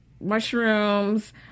mushrooms